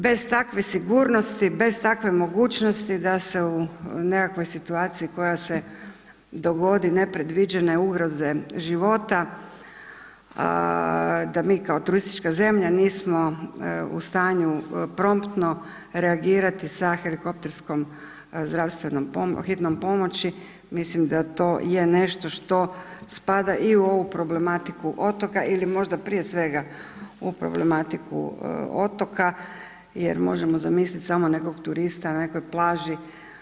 Bez takve sigurnosti, bez takve mogućnosti da se u nekakvoj situaciji koja se dogodi, nepredviđene ugroze života, da mi kao turistička zemlja nismo u stanju promptno reagirati sa helikopterskom zdravstvenom hitnom pomoći, mislim da to je nešto što spada i u ovu problematiku otoka ili možda prije svega u problematiku otoka, jer možemo zamislit samo nekog turista na nekoj plaži.